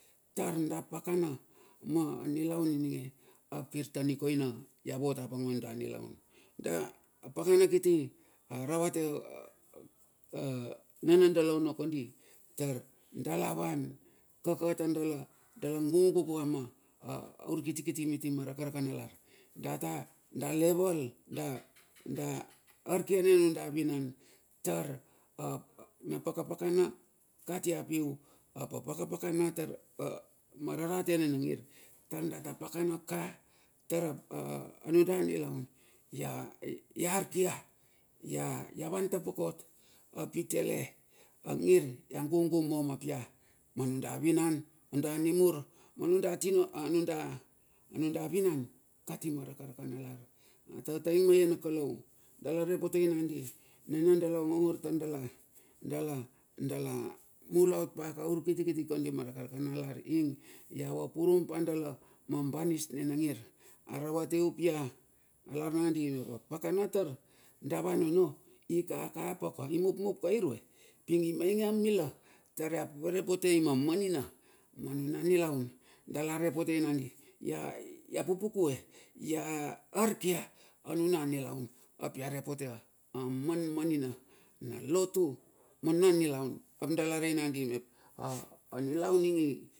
Tar da pakana ma nilaun ininge, ap kirta nikoina ia vot apang manu da nilaun. Apakana kiti aravate a nana dala ono kondi. tar dalavan, kaka tar dala gugu ka ma urkitikiti miti ma rakaraka nalar dala, data at ia leval da arkiane nunda vinan tar na paka pakana kati apiu apa paka pakana ma rarate nena ngir tar data pakana ka tar anuda nilaun ia. ia arkia. Ia van tapokot api tale angir ia gugu mom ap ia, manuda vinan, anuda nimur, nunda vinan, kati mara karakanalar. Atataing ma ie na kalou dala re potei nandi nana dala ongongor tar dala mulaot paka urkitikiti kondi ma kondi maraka raka nalar ing ai vapurum pa dala ma banis nima ngir aravate up ia alar na kandi mep a pakana tar vanono ikakapa ka. Imupmup ka irue. ping imainge amila tar ia poropotei ma manina. manuna nilaun dala repotei nandi. ia pupukue. ia arkia anuna nilaun ap ia repote amanmanina na lotu ma nuna nilaun.